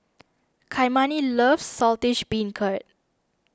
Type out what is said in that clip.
Kymani loves Saltish Beancurd